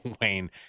wayne